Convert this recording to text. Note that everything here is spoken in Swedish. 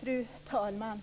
Fru talman!